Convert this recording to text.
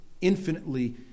infinitely